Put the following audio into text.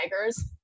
tigers